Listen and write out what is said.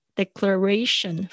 declaration